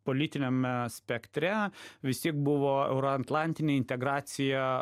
politiniame spektre vis tiek buvo euroatlantinė integracija